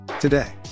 Today